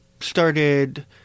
started